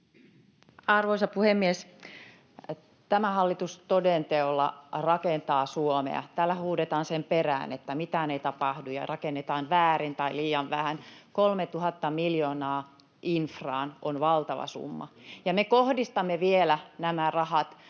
Arvoisa puhemies! Tämä hallitus toden teolla rakentaa Suomea. Täällä huudetaan sen perään, että mitään ei tapahdu ja rakennetaan väärin tai liian vähän. 3 000 miljoonaa infraan on valtava summa, ja me kohdistamme vielä nämä rahat